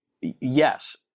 yes